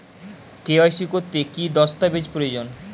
KYC করতে কি দস্তাবেজ প্রয়োজন?